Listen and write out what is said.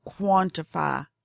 quantify